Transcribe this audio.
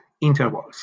intervals